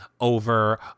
over